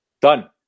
Done